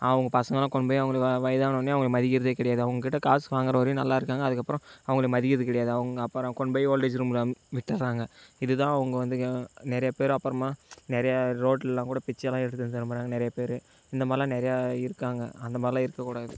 அவங்க பசங்கலாம் கொண்டு போய் அவங்கள வயதானோன்னே அவங்கள மதிக்கிறதே கிடையாது அவங்ககிட்ட காசு வாங்கிற வரையும் நல்லா இருக்காங்க அதுக்கப்புறோம் அவங்கள மதிக்கிறது கிடையாது அவங்க அப்புறம் கொண்டு போய் ஓல்டேஜ் ரூமில் விட்டுறாங்க இதுதான் அவங்க வந்து நிறைய பேர் அப்புறமா நிறைய ரோட்லலாம் கூட பிச்ச்சைல்லாம் எடுக்கிற நிறையா பேர் இந்தமாதிரிலாம் நிறையா இருக்காங்க அந்த மாதிரிலாம் இருக்கக் கூடாது